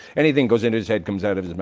anything goes into his head comes out of his and